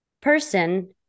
person